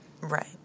right